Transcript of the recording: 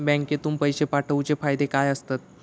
बँकेतून पैशे पाठवूचे फायदे काय असतत?